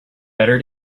better